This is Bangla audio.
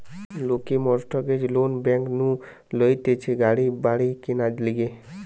লোকে মর্টগেজ লোন ব্যাংক নু লইতেছে গাড়ি বাড়ি কিনার লিগে